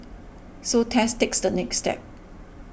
so Tess takes the next step